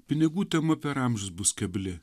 pinigų tema per amžius bus kebli